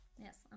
Yes